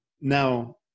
Now